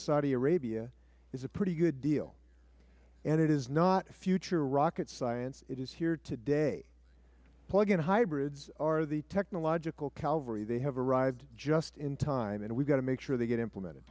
saudi arabia is a pretty good deal it is not future rocket science it is here today plug in hybrids are the technological cavalry they have arrived just in time we have to make sure they get implemented